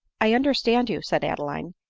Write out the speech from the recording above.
i understand you, said adeline,